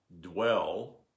dwell